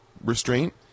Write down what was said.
restraint